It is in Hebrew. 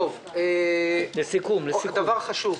עוד דבר חשוב,